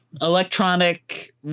electronic